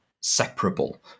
separable